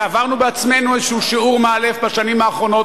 ועברנו בעצמנו איזה שיעור מאלף בשנים האחרונות,